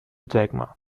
dagmar